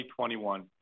2021